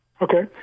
okay